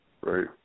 right